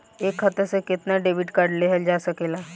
एक खाता से केतना डेबिट कार्ड लेहल जा सकेला?